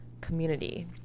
community